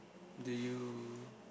do you